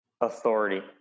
authority